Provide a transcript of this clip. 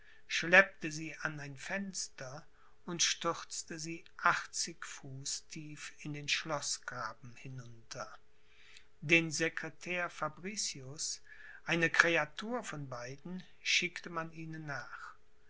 schleppte sie an ein fenster und stürzte sie achtzig fuß tief in den schloßgraben hinunter den sekretär fabricius eine kreatur von beiden schickte man ihnen nach